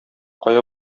кая